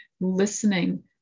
listening